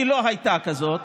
כי לא הייתה כזאת.